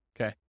Okay